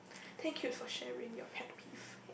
thank you for sharing your pet peeve